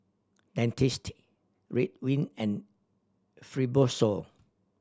Dentiste Ridwind and Fibrosol